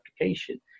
application